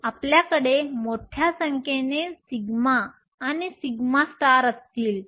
तर आपल्याकडे मोठ्या संख्येने σ आणि σअसतील